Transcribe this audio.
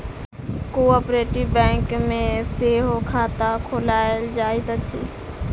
cooperative bank मे सेहो खाता खोलायल जाइत अछि